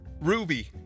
Ruby